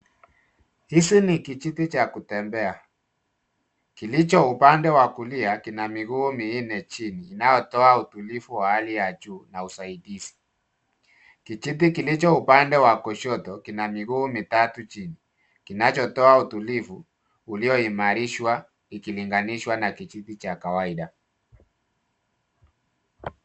Hizi ni kijiti cha kutembelea. Kilicho upande wa kulia kina miguu minne chini, inayotoa utulivu wa hali ya juu na usaidizi. Kijiti kilicho upande wa kushoto kina miguu mitatu chini, kinachotoa utulivu ulioimarishwa ikilinganishwa na kijiti cha kawaida.